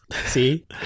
see